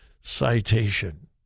citation